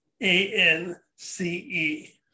A-N-C-E